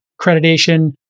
accreditation